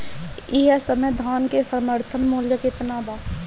एह समय धान क समर्थन मूल्य केतना बा?